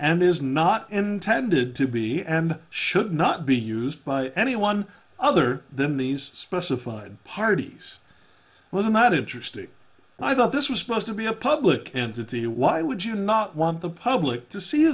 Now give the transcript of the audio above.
and is not intended to be and should not be used by anyone other than these specified parties was not interesting i thought this was supposed to be a public entity why would you not want the public to see